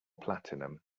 platinum